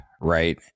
right